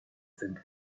sind